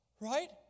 right